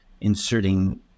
inserting